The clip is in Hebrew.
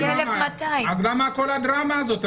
אם יש רק חולה אחת, אז למה כל הדרמה הזאת?